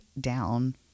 down